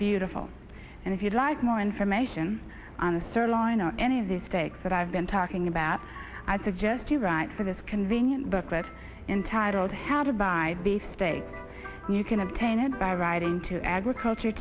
beautiful and if you'd like more information on a certain line or any of these steaks that i've been talking about i suggest you write for this convenient book read entitled how to buy the state you can obtain it by writing to agriculture